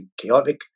chaotic